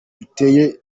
duteye